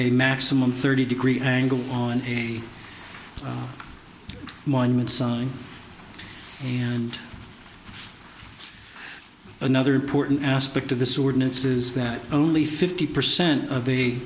a maximum thirty degree angle on monuments and another important aspect of this ordinance is that only fifty percent of the